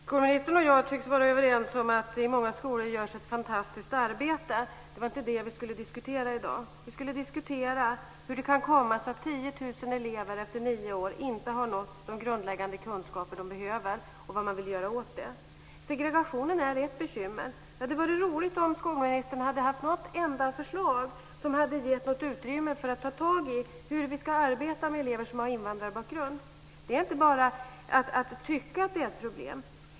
Herr talman! Skolministern och jag tycks vara överens om att det i många skolor görs ett fantastiskt arbete. Det var inte det vi skulle diskutera i dag. Vi skulle diskutera hur det kan komma sig att 10 000 elever efter nio år inte har nått de grundläggande kunskaper de behöver och vad man vill göra åt det. Segregationen är ett bekymmer. Det hade varit roligt om skolministern hade haft något enda förslag som hade gett utrymme för att ta tag i hur vi ska arbeta med elever som har invandrarbakgrund. Det går inte att bara tycka att det är ett problem.